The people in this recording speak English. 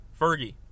Fergie